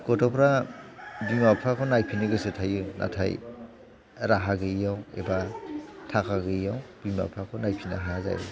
गथ'फ्रा बिमा बिफाखौ नायफिननो गोसो थायो नाथाय राहा गैयियाव एबा थाखा गैयिआव बिमा बिफाखौ नायफिननो हाया जायो